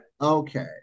okay